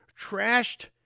trashed